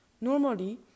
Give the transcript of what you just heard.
Normally